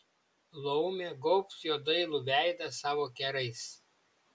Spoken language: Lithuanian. laumė gaubs jo dailų veidą savo kerais